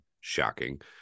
shocking